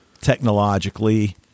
technologically